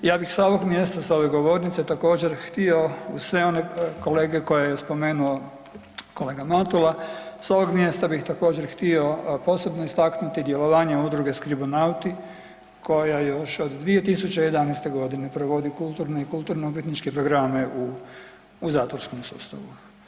Ja bih sa ovog mjesta, sa ove govornice također, htio sve one kolege koje je spomenuo kolega Matula, s ovog mjesta bih također, htio posebno istaknuti djelovanje Udruge Skribonauti koja još od 2011. g. provodi kulturne i kulturno-umjetničke programe u zatvorskom sustavu.